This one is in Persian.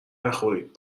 نخورید